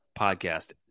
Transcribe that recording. podcast